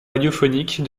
radiophonique